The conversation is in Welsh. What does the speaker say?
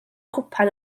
cwpan